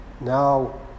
now